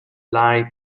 larry